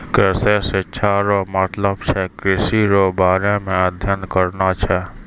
कृषि शिक्षा रो मतलब छै कृषि रो बारे मे अध्ययन करना छै